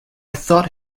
thought